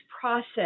process